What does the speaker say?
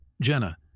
Jenna